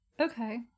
Okay